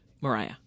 Mariah